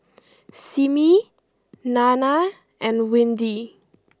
Simmie Nanna and Windy